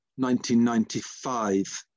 1995